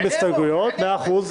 גם בהסתייגויות,